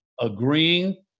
agreeing